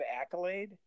accolade